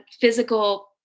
physical